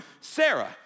Sarah